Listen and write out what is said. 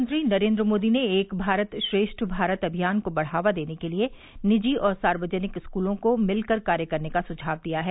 प्रधानमंत्री नरेन्द्र मोदी ने एक भारत श्रेष्ठ भारत अभियान को बढ़ावा देने के लिए निजी और सार्वजनिक स्कूलों को मिलकर कार्य करने का सुझाव दिया है